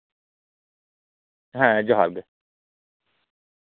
ᱦᱮᱸ ᱡᱚᱦᱟᱨ ᱜᱮ